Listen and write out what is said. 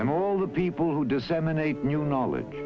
i'm all the people who disseminate new knowledge